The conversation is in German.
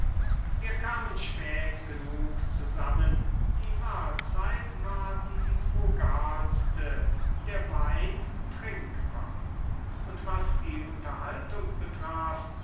wir kamen spät genug zusammen die mahlzeit war die frugalste der wein trinkbar und was die unterhaltung betraf